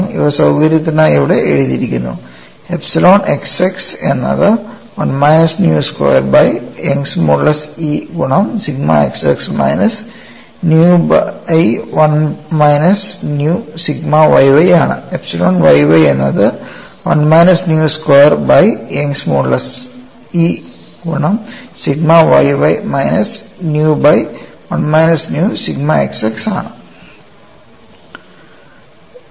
ഇവ സൌകര്യത്തിനായി ഇവിടെ എഴുതിയിരിക്കുന്നു എപ്സിലോൺ xx എന്നത് 1 minus nu square by Young's modulus E ഗുണം sigma xx minus nu by 1 minus nu sigma yy ആണ് എപ്സിലോൺ y y എന്നത് 1 minus nu square by Young's modulus E ഗുണം sigma y y minus nu by 1 minus nu sigma x x ആണ്